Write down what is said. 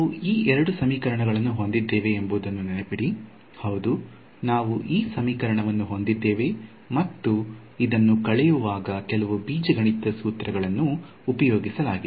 ನಾವು ಈ ಎರಡು ಸಮೀಕರಣಗಳನ್ನು ಹೊಂದಿದ್ದೇವೆ ಎಂಬುದನ್ನು ನೆನಪಿಡಿ ಹೌದು ನಾವು ಈ ಸಮೀಕರಣವನ್ನು ಹೊಂದಿದ್ದೇವೇ ಮತ್ತು ಇದನ್ನು ಕಳೆಯುವಾಗ ಕೆಲವು ಬೀಜಗಣಿತದ ಸೂತ್ರಗಳನ್ನು ಉಪಯೋಗಿಸಲಾಗಿದೆ